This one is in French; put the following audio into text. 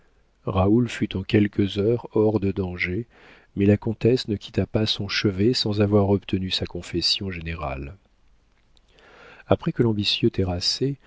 raoul fut en quelques heures hors de danger mais la comtesse ne quitta pas son chevet sans avoir obtenu sa confession générale après que l'ambitieux terrassé